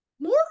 More